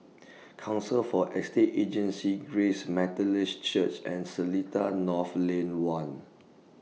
Council For Estate Agencies Grace Methodist Church and Seletar North Lane one